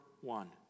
one